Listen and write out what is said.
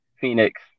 Phoenix